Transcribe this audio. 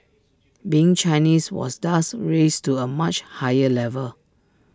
being Chinese was thus raised to A much higher level